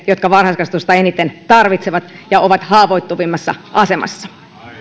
jotka varhaiskasvatusta eniten tarvitsevat ja ovat haavoittuvimmassa asemassa